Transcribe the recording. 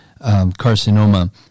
carcinoma